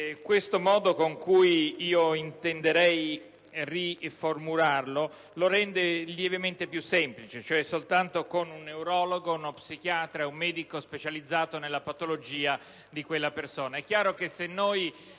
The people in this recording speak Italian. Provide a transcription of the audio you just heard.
testo. Il modo con cui io intenderei riformularlo lo rende lievemente più semplice: esso sarà composto soltanto da un neurologo, da uno psichiatra e da un medico specializzato nella patologia di quella persona.